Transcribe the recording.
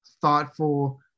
thoughtful